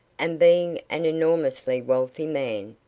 and being an enormously wealthy man,